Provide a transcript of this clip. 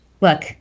look